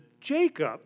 Jacob